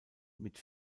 mit